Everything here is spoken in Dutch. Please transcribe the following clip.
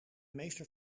meester